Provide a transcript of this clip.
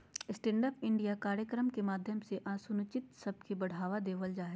stand up India कार्यक्रम के माध्यम से अनुसूचित सब के बढ़ावा देवल जा हय